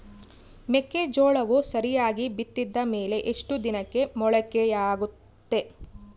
ಮೆಕ್ಕೆಜೋಳವು ಸರಿಯಾಗಿ ಬಿತ್ತಿದ ಮೇಲೆ ಎಷ್ಟು ದಿನಕ್ಕೆ ಮೊಳಕೆಯಾಗುತ್ತೆ?